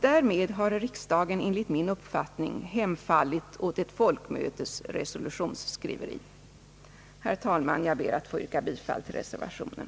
Därmed har riksdagen enligt min uppfattning hemfallit åt ett folkmötes resolutionsskriveri.» Herr talman, jag ber att få yrka bifall till reservationen.